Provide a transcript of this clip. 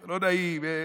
לא נעים,